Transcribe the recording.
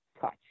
touch